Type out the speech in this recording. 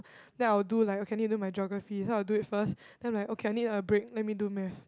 then I will do like okay I'll need to do my Geography so I'll do it first then I'm like okay I need a break let me do Math